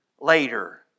later